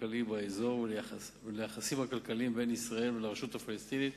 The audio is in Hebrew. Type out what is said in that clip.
הכלכלי באזור וליחסים הכלכליים בין ישראל לרשות הפלסטינית